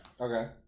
Okay